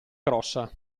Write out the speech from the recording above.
grossa